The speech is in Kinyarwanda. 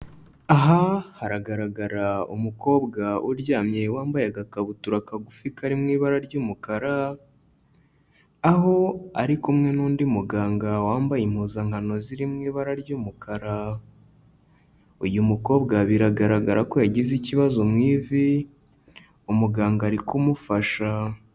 Aha haragaragara umukobwa uryamye wambaye agakabutura kagufi kari mu ibara ry'umukara, aho ari kumwe n'undi muganga wambaye impuzankano ziri mu ibara ry'umukara. Uyu mukobwa biragaragara ko yagize ikibazo mu ivi, umuganga ari kumufasha.